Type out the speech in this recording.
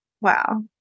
wow